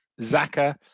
Zaka